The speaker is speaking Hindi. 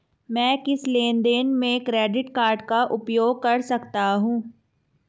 मैं किस लेनदेन में क्रेडिट कार्ड का उपयोग कर सकता हूं?